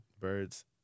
Birds